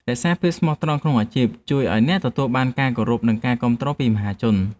រក្សាភាពស្មោះត្រង់ក្នុងអាជីពជួយឱ្យអ្នកទទួលបានការគោរព និង ការគាំទ្រពីមហាជន។